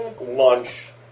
lunch